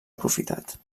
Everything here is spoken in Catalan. aprofitat